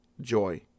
joy